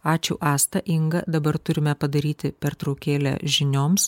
ačiū asta inga dabar turime padaryti pertraukėlę žinioms